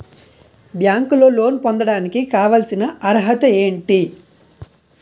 బ్యాంకులో లోన్ పొందడానికి కావాల్సిన అర్హత ఏంటి?